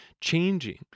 changing